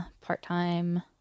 part-time